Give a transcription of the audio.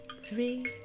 three